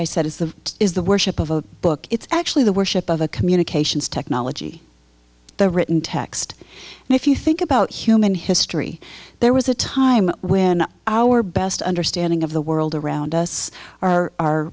i said is the is the worship of a book it's actually the worship of a communications technology the written text and if you think about human history there was a time when our best understanding of the world around us are our